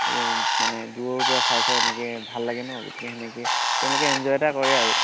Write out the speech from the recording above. মানে দূৰৰ পৰা চাই চাই এনেকৈ ভাল লাগে নহ্ গতিকে তেনেকৈ তেওঁলোকে এনজয় এটা কৰে আৰু